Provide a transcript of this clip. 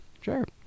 Sure